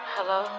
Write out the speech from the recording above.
Hello